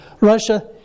Russia